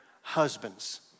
husbands